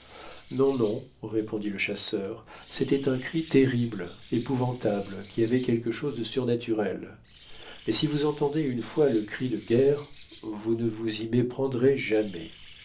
non non répondit le chasseur c'était un cri terrible épouvantable qui avait quelque chose de surnaturel mais si vous entendez une fois le cri de guerre vous ne vous y méprendrez jamais